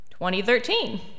2013